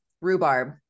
rhubarb